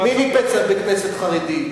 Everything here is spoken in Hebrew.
מי ניפץ בית-כנסת חרדי?